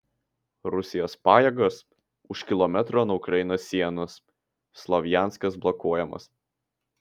rusijos pajėgos už kilometro nuo ukrainos sienos slovjanskas blokuojamas